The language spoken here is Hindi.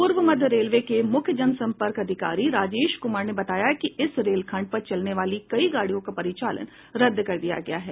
पूर्व मध्य रेलवे के मुख्य जनसंपर्क अधिकारी राजेश कुमार ने बताया कि इस रेलखंड पर चलने वाली कई गाड़ियों का परिचालन रद्द कर दिया गया है